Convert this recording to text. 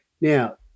Now